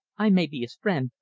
i may be his friend,